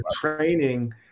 training